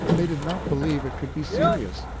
they did not believe it could be serious.